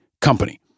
company